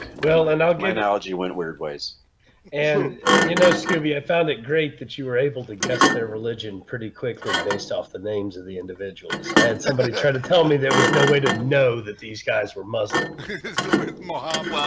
well and no not my analogy went weird ways and you know scooby i found it great that you were able to guess their religion pretty quickly based off the names of the individuals i had somebody try to tell me there was no way to know that these guys were muslim india um